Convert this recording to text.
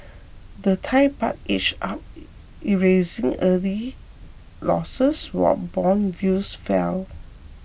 the Thai Baht edged up erasing early losses while bond yields fell